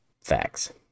Facts